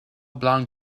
blond